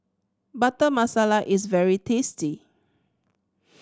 Butter Masala is very tasty